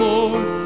Lord